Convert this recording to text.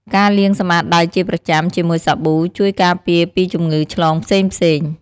ការលាងសម្អាតដៃជាប្រចាំជាមួយសាប៊ូ ជួយការពារពីជំងឺឆ្លងផ្សេងៗ។